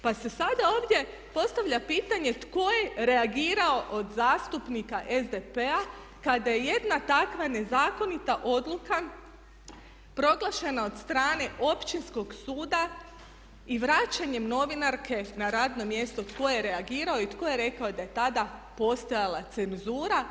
Pa se sada ovdje postavlja pitanje tko je reagirao od zastupnika SDP-a kada je jedna takva nezakonita odluka proglašena od strane Općinskog suda i vraćanjem novinarke na radno mjesto tko je reagirao i tko je rekao da je tada postojala cenzura.